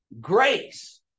grace